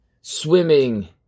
swimming